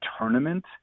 tournament